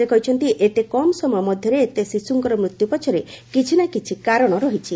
ସେ କହିଛନ୍ତି ଏତେ କମ୍ ସମୟ ମଧ୍ୟରେ ଏତେ ଶିଶୁଙ୍କର ମୃତ୍ୟୁ ପଛରେ କିଛିନା କିଛି କାରଣ ରହିଛି